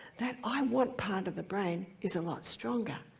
that i want part of the brain is a lot stronger,